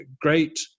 great